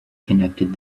connected